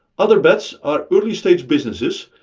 other bets are early-stage businesses,